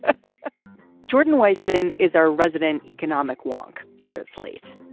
ah jordan weissman is our resident economic wonk here at slate.